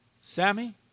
Sammy